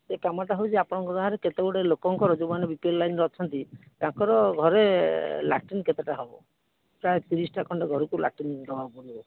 ସେଇ କାମଟା ହେଉଛି ଆପଣ ଗାଁରେ କେତେଗୁଡିଏ ଲୋକଙ୍କର ଯେଉଁମାନେ ବିପିଏଲ ଲାଇନ୍ ରେ ଅଛନ୍ତି ତାଙ୍କର ଘରେ ଲାଟିନ୍ କେତେଟା ହେବ ପ୍ରାୟ ତିରିଶଟା ଖଣ୍ଡେ ଘରକୁ ଲାଟିନ୍ ଦେବାକୁ ପଡ଼ିବ